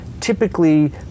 Typically